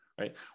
right